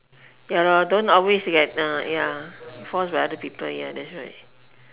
ya lor don't always get uh ya forced by other people ya that's right